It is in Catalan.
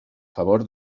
favor